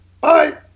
Bye